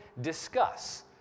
discuss